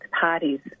parties